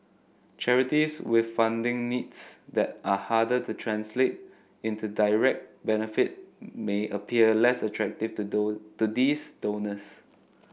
charities with funding needs that are harder to translate into direct benefit may appear less attractive to to these donors